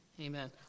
Amen